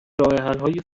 راهحلهای